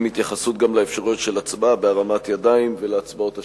עם התייחסות גם לאפשרויות של הצבעה בהרמת ידיים ולהצבעות השמיות,